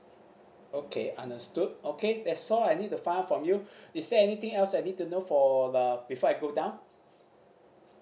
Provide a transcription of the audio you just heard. okay understood okay that's all I need to find out from you is there anything else I need to know for uh before I go down